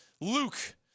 Luke